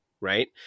right